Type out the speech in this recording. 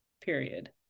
period